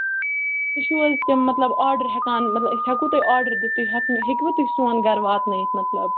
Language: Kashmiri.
تُہۍ چھِو حظ تِم مطلب آرڈَر ہٮ۪کان مطلب أسۍ ہیٚکوٕ تۄہہِ آرڈَر دِتھ تُہۍ ہیٚکو ہیٚکِوٕ تُہۍ سون گَرٕ واتنٲیِتھ مطلب